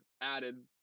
added